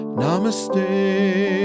namaste